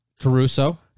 Caruso